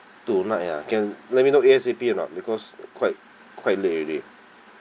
tonight ah can let me know A_S_A_P or not because quite quite late already